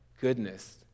goodness